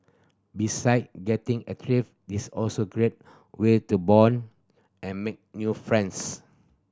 besides getting active this also great way to bond and make new friends